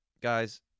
guys